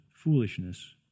Foolishness